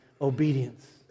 obedience